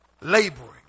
Laboring